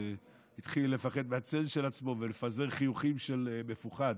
התחיל לפחד מהצל של עצמו ולפזר חיוכים של מפוחד?